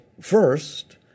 first